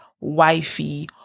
wifey